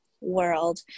world